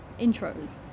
intros